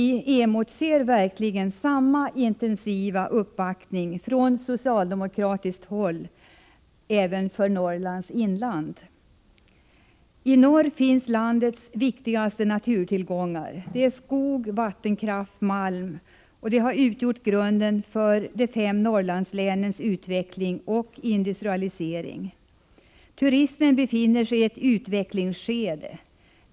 Vi emotser verkligen samma intensiva uppbackning från socialdemokratiskt håll även för Norrlands inland. I norr finns landets viktigaste naturtillgångar — skog, vattenkraft och malm — som utgjort grunden för de fem Norrlandslänens utveckling och industrialisering. Turismen befinner sig i ett utvecklingsskede.